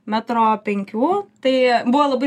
metro penkių tai buvo labai